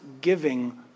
giving